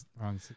wrong